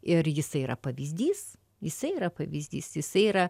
ir jisai yra pavyzdys jisai yra pavyzdys jisai yra